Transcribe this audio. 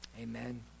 amen